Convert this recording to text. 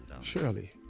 Surely